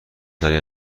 سریع